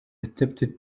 attempted